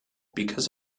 because